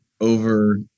over